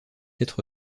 être